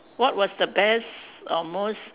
what was the best or most